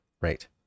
Right